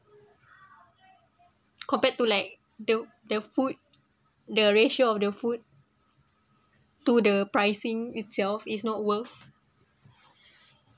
compared to like the the food the ratio of the food to the pricing itself is not worth